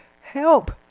help